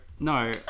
No